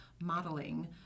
modeling